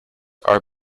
are